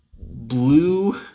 blue